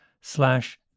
slash